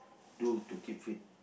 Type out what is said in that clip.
do to keep fit